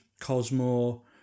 Cosmo